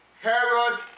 Herod